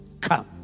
come